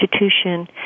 institution